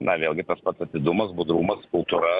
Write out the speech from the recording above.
na vėlgi tas pats atidumas budrumas kultūra